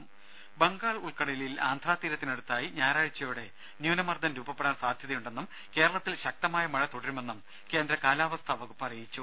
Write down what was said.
രുമ ബംഗാൾ ഉൾക്കടലിൽ ആന്ധ്രാ തീരത്തിനടുത്തായി ഞായറാഴ്ചയോടെ ന്യൂനമർദം രൂപപ്പെടാൻ സാധ്യതയുണ്ടെന്നും കേരളത്തിൽ ശക്തമായ മഴ തുടരുമെന്നും കേന്ദ്ര കാലാവസ്ഥാ വകുപ്പ് അറിയിച്ചു